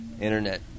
Internet